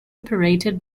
operated